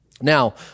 Now